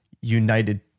united